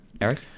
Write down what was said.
Eric